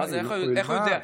איך הוא יודע?